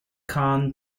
khan